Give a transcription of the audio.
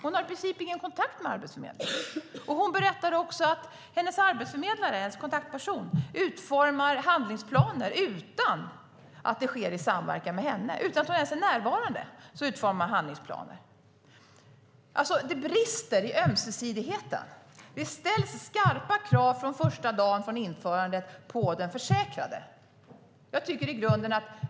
Hon har i princip ingen kontakt med Arbetsförmedlingen. Hon berättade också att hennes arbetsförmedlare - hennes kontaktperson - utformar handlingsplaner utan att det sker i samverkan med henne. Utan att hon ens är närvarande utformas handlingsplaner. Det brister alltså i ömsesidigheten: Det ställs skarpa krav på den försäkrade från första dagen från införandet.